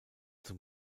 zum